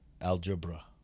algebra